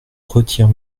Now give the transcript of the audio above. retire